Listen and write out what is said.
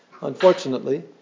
unfortunately